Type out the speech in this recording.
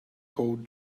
called